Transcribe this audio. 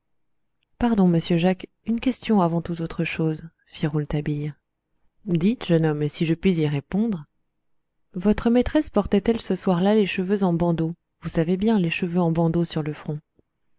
pardon monsieur jacques une question avant toute autre chose fit rouletabille dites et si je puis y répondre votre maîtresse portait-elle ce soir-là les cheveux en bandeaux vous savez bien les cheveux en bandeaux sur le front